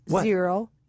zero